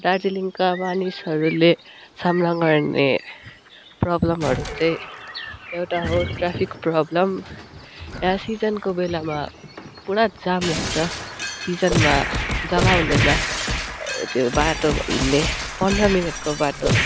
दार्जिलिङका मानिसहरूले सामना गर्ने प्रब्लमहरू चाहिँ एउटा हो ट्राफिक प्रब्लम यहाँ सिजनको बेलामा पुरा जाम लाग्छ सिजनमा जग्गा हुँदैना त्यो बाटो हिँड्ने पन्ध्र मिनटको बाटो